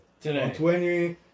today